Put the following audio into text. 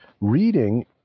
reading